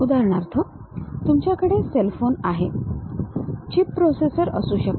उदाहरणार्थ तुमच्याकडे cell phone आहे चिप प्रोसेसर असू शकतो